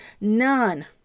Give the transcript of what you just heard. None